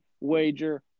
wager